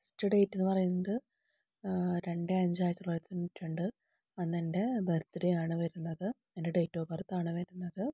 first date എന്ന് പറയുന്നത് രണ്ട് അഞ്ച് ആയിരത്തി തൊള്ളായിരത്തി തൊണ്ണൂറ്റി രണ്ട് അന്ന് എൻ്റെ ബർത്ത്ഡേ ആണ് വരുന്നത് എന്റെ ഡേറ്റ് ഓഫ് ബര്ത്ത് ആണ് വരുന്നത്